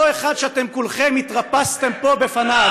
אותו אחד שאתם כולכם התרפסתם פה לפניו,